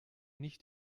nicht